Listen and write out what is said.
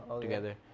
together